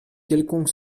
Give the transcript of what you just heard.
quelconque